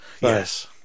Yes